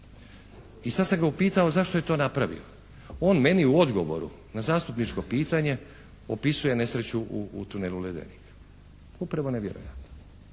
I sad sam ga upitao zašto je to napravio? On meni u odgovoru na zastupničko pitanje opisuje nesreću u tunelu "Ledenik". Upravo nevjerojatno.